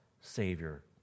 Savior